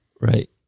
Right